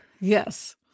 Yes